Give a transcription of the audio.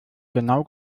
genau